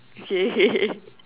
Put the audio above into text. okay